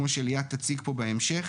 כמו שליאת תציג פה בהמשך,